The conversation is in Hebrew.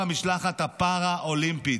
המשלחת הפאראלימפית,